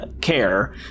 Care